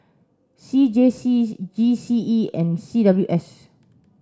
C J C G C E and C W S